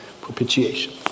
propitiation